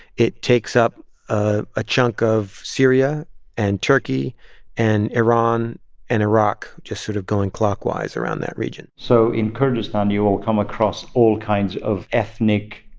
it takes up a ah chunk of syria and turkey and iran and iraq, just sort of going clockwise around that region so in kurdistan, you will come across all kinds of ethnic,